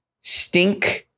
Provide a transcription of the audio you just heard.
stink